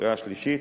ובקריאה השלישית.